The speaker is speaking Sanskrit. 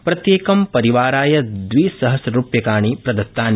प्रत्येकं परिवाराय द्विसहस्रूप्यकाणि प्रदत्तानि